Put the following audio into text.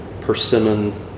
persimmon